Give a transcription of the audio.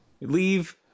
Leave